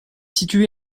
situé